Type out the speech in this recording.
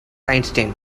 einstein